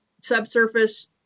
subsurface